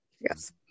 yes